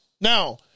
Now